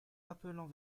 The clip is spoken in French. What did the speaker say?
appelant